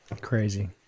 Crazy